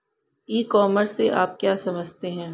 ई commerce से आप क्या समझते हो?